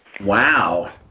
Wow